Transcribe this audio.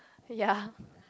ya